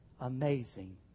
amazing